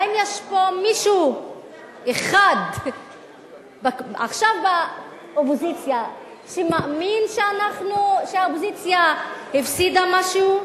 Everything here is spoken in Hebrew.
האם יש פה מישהו אחד עכשיו באופוזיציה שמאמין שהאופוזיציה הפסידה משהו?